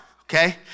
okay